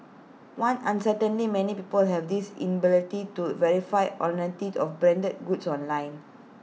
one uncertainty many people have this inability to verify authenticity of branded goods online